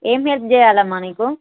ఏమి హెల్ప్ చేయాలమ్మ నీకు